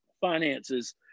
finances